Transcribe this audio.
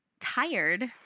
tired